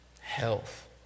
health